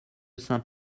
saint